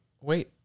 Wait